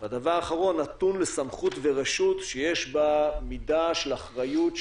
והדבר האחרון נתון לסמכות ורשות שיש בה מידה של אחריות,